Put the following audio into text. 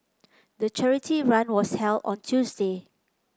the charity run was held on Tuesday